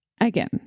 Again